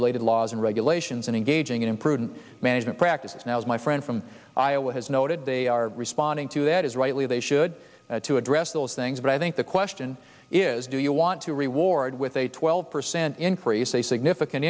related laws and regulations and engaging in prudent management practices now as my friend from iowa has noted they are responding to that is rightly they should to address those things but i think the question is do you want to reward with a twelve percent increase a significant